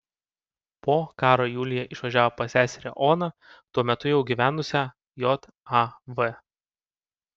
po karo julija išvažiavo pas seserį oną tuo metu jau gyvenusią jav